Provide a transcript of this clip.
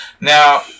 Now